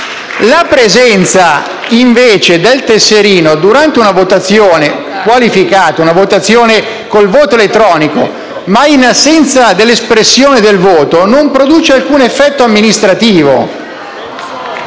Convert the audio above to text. la presenza del tesserino durante una votazione qualificata con il voto elettronico, ma in assenza dell'espressione del voto non produce alcun effetto amministrativo.